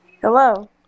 Hello